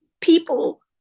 people